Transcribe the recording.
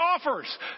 offers